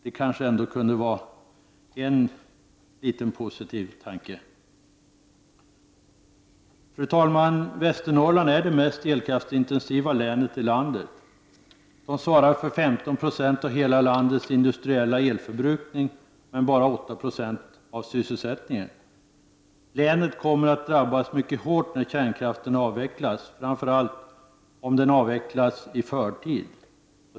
Det kanske ändå kunde vara en liten positiv tanke. Fru talman! Västernorrland är det mest elkraftsintensiva länet i landet. Västernorrland svarar för 15 90 av hela landets industriella elförbrukning, men för bara 8 Jo av sysselsättningen. Länet kommer att drabbas mycket hårt när kärnkraften avvecklas, framför allt om den avvecklas i förtid.